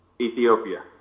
Ethiopia